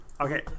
Okay